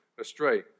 astray